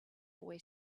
boy